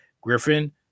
Griffin